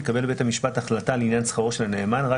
יקבל בית המשפט החלטה לעניין שכרו של הנאמן רק